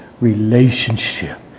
relationship